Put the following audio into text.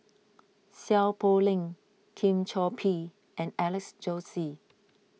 Seow Poh Leng Lim Chor Pee and Alex Josey